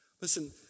Listen